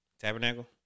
Tabernacle